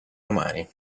romani